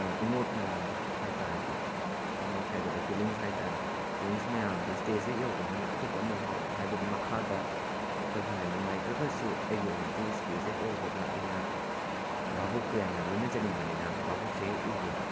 ꯏꯅꯣꯠ ꯃꯌꯥꯝꯗꯣ ꯍꯥꯏꯇꯥꯔꯦꯀꯣ ꯏꯅꯣꯠ ꯍꯥꯏꯒꯗ꯭ꯔꯥ ꯐꯤꯂꯤꯡꯁ ꯍꯥꯏꯇꯥꯔꯦ ꯐꯤꯂꯤꯡꯁ ꯃꯌꯥꯝꯗꯣ ꯁ꯭ꯇꯦꯖ ꯍꯦꯛ ꯌꯧꯕꯒꯅ ꯑꯇꯣꯞꯄ ꯑꯃ ꯐꯥꯎꯕ ꯍꯥꯏꯕꯗꯤ ꯃꯈꯥꯗ ꯋꯥꯈꯜ ꯐꯅ ꯅꯨꯡꯉꯥꯏꯇ꯭ꯔꯒꯁꯨ ꯑꯩꯒꯤ ꯑꯣꯏꯅꯗꯤ ꯁ꯭ꯇꯦꯖ ꯍꯦꯛ ꯌꯧꯕꯒ ꯑꯩꯅ ꯚꯥꯕꯣꯛꯀ ꯌꯥꯝꯅ ꯂꯣꯏꯅꯖꯅꯤꯡꯕꯅꯤꯅ ꯚꯥꯕꯣꯛꯁꯦ ꯍꯦꯛ ꯎꯕꯗ